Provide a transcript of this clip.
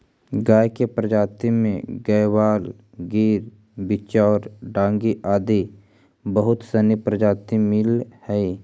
गाय के प्रजाति में गयवाल, गिर, बिच्चौर, डांगी आदि बहुत सनी प्रजाति मिलऽ हइ